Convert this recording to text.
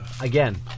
Again